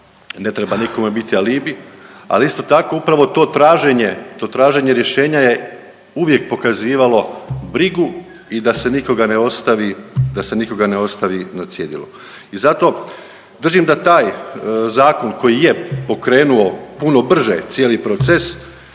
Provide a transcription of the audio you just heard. ne treba nikome biti alibi, ali isto tako upravo to traženje, to traženje rješenja je uvijek pokazivalo brigu i da se nikoga ne ostavi i da se nikoga ne ostavi na cjedilu i zato držim da taj zakon koji je pokrenuo puno brže cijeli proces